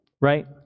right